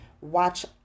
Watch